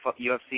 UFC